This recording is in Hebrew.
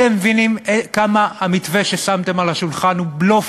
אתם מבינים כמה המתווה ששמתם על השולחן הוא בלוף?